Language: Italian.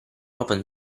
open